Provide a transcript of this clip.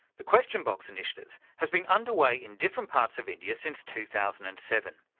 the question box initiative has been under way in different parts of india since two thousand and seven,